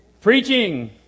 Preaching